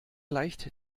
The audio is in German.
gleicht